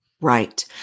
Right